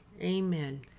Amen